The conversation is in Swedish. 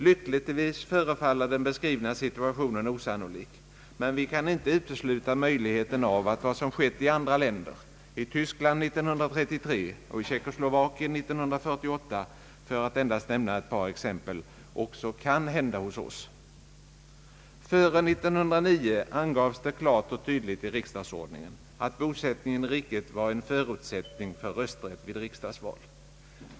Lyckligtvis förefaller den beskrivna situationen osannolik, men vi kan inte utesluta möjligheten av att vad som skett i andra länder, i Tyskland 1933 och i Tjeckoslovakien 1948, för att endast nämna ett par exempel, också kan hända hos OSS. Före 1909 angavs det klart och tydligt i riksdagsordningen att bosättning i riket var en förutsättning för rösträtt vid riksdagsval.